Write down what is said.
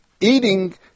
eating